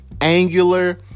angular